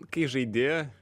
kai žaidi